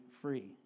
free